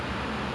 tapi